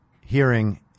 hearing